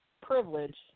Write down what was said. privilege